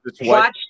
watch